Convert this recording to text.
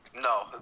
No